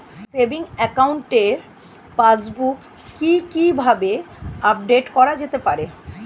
Savings একাউন্টের passbook কি কিভাবে আপডেট করা যেতে পারে?